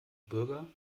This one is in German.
bürger